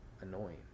Annoying